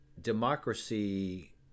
democracy